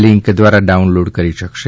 link દ્વારા download કરી શકશે